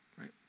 right